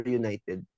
united